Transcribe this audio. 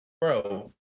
Bro